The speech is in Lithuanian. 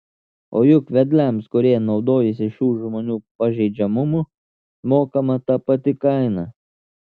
o juk vedliams kurie naudojosi šių žmonių pažeidžiamumu mokama ta pati kaina